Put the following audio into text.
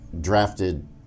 Drafted